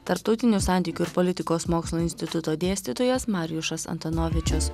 tarptautinių santykių ir politikos mokslų instituto dėstytojas marijušas antonovičius